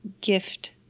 gift